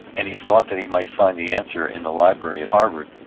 and he thought that he might find the answer in the library at harvard,